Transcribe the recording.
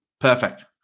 Perfect